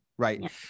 Right